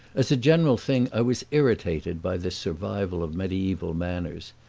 as a general thing i was irritated by this survival of medieval manners,